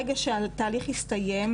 אני יודעת,